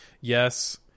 Yes